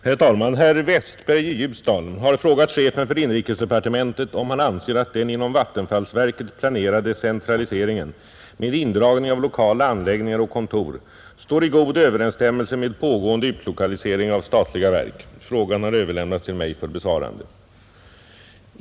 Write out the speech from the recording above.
Herr talman! Herr Westberg i Ljusdal har frågat chefen för inrikesdepartementet om han anser att den inom vattenfallsverket planerade centraliseringen med indragning av lokala anläggningar och kontor står i god överensstämmelse med pågående utlokalisering av statliga verk. Frågan har överlämnats till mig för besvarande.